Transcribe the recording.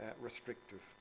restrictive